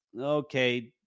okay